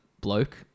bloke